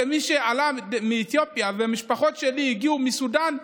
כמי שעלה מאתיופיה והמשפחות שלי הגיעו מסודאן,